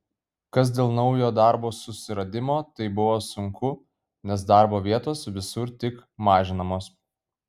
kas dėl naujo darbo susiradimo tai buvo sunku nes darbo vietos visur tik mažinamos